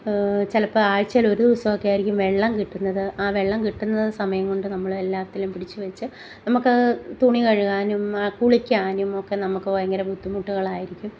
ചിലപ്പം ആഴ്ചയിൽ ഒരു ദിവസമൊക്കെ ആയിരിക്കും വെള്ളം കിട്ടുന്നത് ആ വെള്ളം കിട്ടുന്ന സമയം കൊണ്ട് നമ്മൾ എല്ലാത്തിലും പിടിച്ചു വച്ചു നമ്മൾക്ക് തുണി കഴുകാനും കുളിക്കാനും ഒക്കെ നമുക്ക് ഭയങ്കര ബുദ്ധിമുട്ടുകളായിരിക്കും